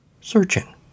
searching